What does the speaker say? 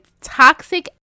toxic